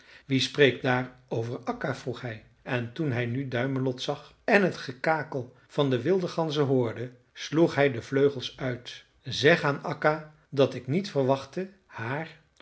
wie spreekt daar over akka vroeg hij en toen hij nu duimelot zag en het gekakel van de wilde ganzen hoorde sloeg hij de vleugels uit zeg aan akka dat ik niet verwachtte haar